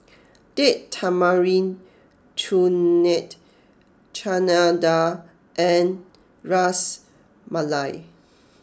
Date Tamarind Chutney Chana Dal and Ras Malai